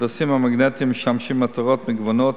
הכרטיסים המגנטיים משמשים למטרות מגוונות,